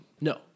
No